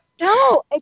No